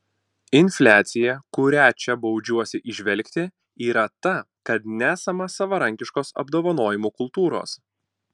infliacija kurią čia baudžiuosi įžvelgti yra ta kad nesama savarankiškos apdovanojimų kultūros